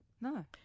No